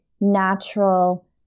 natural